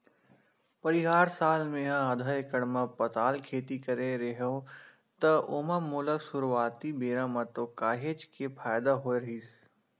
परिहार साल मेहा आधा एकड़ म पताल खेती करे रेहेव त ओमा मोला सुरुवाती बेरा म तो काहेच के फायदा होय रहिस